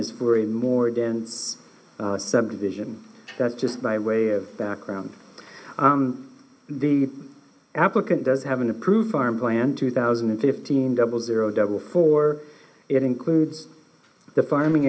is for a more dense subdivision that's just by way of background the applicant does have an approved farm plan two thousand and fifteen double zero double for it includes the farming